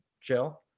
chill